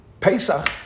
Pesach